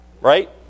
right